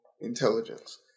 intelligence